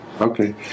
Okay